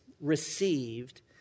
received